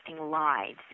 lives